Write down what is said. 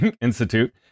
Institute